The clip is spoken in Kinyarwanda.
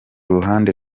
ruhande